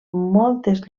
moltes